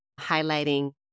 highlighting